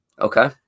okay